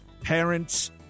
parents